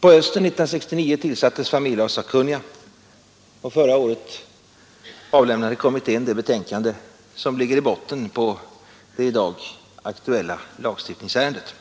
På hösten 1969 tillsattes familjelagssakkunniga, och förra året avlämnade kommittén det betänkande som ligger i botten på det i dag aktuella lagstiftningsärendet.